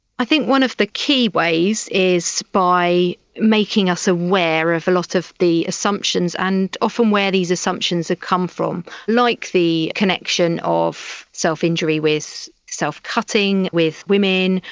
i think one of the key ways is by making us aware of a lot of the assumptions and often where these assumptions have come from, like the connection of self-injury with self-cutting, with women,